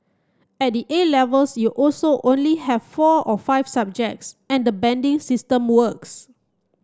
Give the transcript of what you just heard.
at the A Levels you also only have four or five subjects and the banding system works